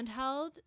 handheld